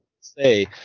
say